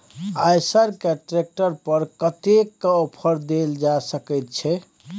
आयसर के ट्रैक्टर पर कतेक के ऑफर देल जा सकेत छै?